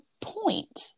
point